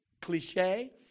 cliche